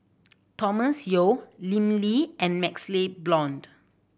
Thomas Yeo Lim Lee and MaxLe Blond